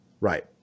Right